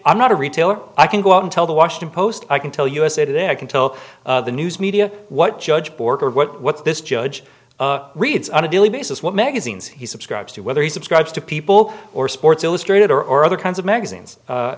i'm not a retailer i can go out and tell the washington post i can tell us it is a i can tell the news media what judge bork or what this judge reads on a daily basis what magazines he subscribes to whether he subscribes to people or sports illustrated or or other kinds of magazines